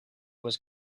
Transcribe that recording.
was